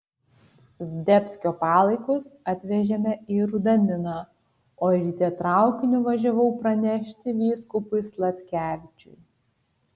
zdebskio palaikus atvežėme į rudaminą o ryte traukiniu važiavau pranešti vyskupui sladkevičiui